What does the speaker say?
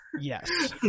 Yes